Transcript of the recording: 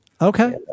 Okay